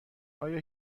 آیا